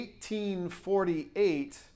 1848